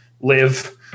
live